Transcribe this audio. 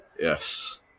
Yes